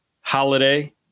Holiday